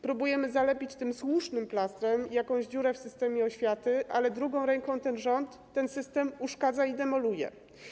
Próbujemy zalepić tym słusznym plastrem jakąś dziurę w systemie oświaty, ale drugą ręką rząd ten system uszkadza i demoluje.